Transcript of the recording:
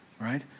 right